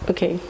Okay